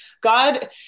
God